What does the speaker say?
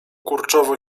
kurczowo